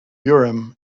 urim